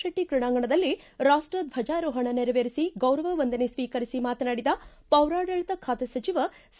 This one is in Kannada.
ಶೆಟ್ಟ ಕ್ರೀಡಾಂಗಣದಲ್ಲಿ ರಾಷ್ಟ ಧ್ವಜಾರೋಹಣ ನೆರವೇರಿಸಿ ಗೌರವ ವಂದನೆ ಸ್ವೀಕರಿಸಿ ಮಾತನಾಡಿದ ಪೌರಾಡಳಿತ ಬಾತೆ ಸಚಿವ ಸಿ